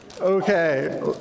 Okay